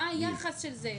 מה היחס של זה?